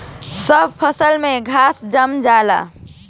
सब फसल में घास जाम जाला